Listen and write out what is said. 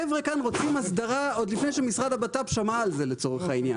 החבר'ה כאן רוצים הסדרה עוד לפני שמשרד הבט"פ שמע על זה לצורך העניין.